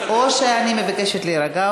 אז אני מבקשת או להירגע,